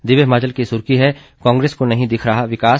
दिव्य हिमाचल की सुर्खी है कांग्रेस को नहीं दिख रहा विकास